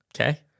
Okay